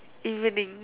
evening